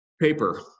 Paper